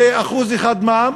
ב-1% מע"מ,